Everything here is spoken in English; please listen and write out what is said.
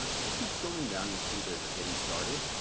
i keep scrolling down, you'll see there's a getting started.